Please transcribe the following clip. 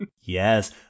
Yes